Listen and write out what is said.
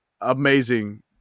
amazing